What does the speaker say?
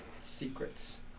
secrets